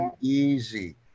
easy